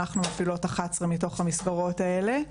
ואנחנו מפעילות 11 מתוך המסגרות האלה.